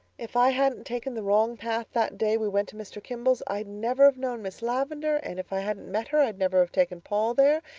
if i hadn't taken the wrong path that day we went to mr. kimball's i'd never have known miss lavendar and if i hadn't met her i'd never have taken paul there.